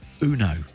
Uno